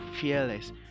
fearless